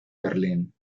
berlín